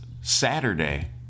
Saturday